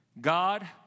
God